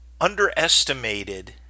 underestimated